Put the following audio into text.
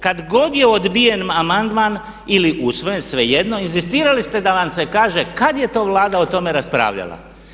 Kad god je odbijen amandman ili usvojen svejedno, inzistirali ste da vam se kaže kad je to Vlada o tome raspravljala.